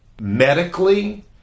medically